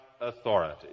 authority